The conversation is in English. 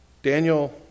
Daniel